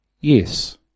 Yes